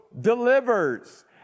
delivers